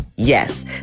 Yes